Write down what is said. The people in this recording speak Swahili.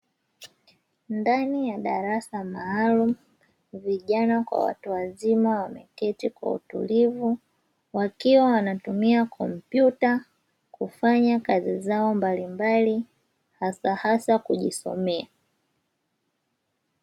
Ndani ya darasa maalumu vijana kwa watu wazima wameketi kwa utulivu, wakiwa wanatumia kompyuta kufanya kazi zao mbalimbali hasahasa kujisomea.